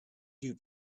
dew